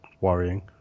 worrying